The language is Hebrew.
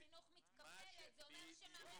כי כשמערכת החינוך מתקפלת זה אומר שמערכת